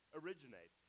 originate